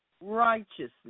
righteousness